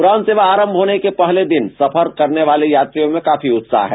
उड़ान सेवा आरंभ होने के पहले दिन सफर करने वाले यात्रियों मे काफी उत्साह है